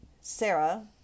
Sarah